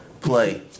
play